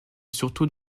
surtout